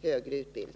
till högre utbildning.